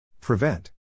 Prevent